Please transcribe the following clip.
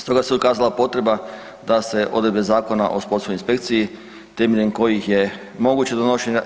Stoga se ukazala potreba da se odredbe Zakona o sportskoj inspekciji temeljem kojih je moguće donošenje